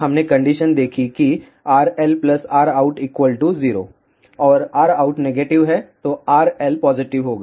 हमने कंडीशन देखी कि RlRout 0 और Rout नेगेटिव है तो Rl पॉजिटिव होगा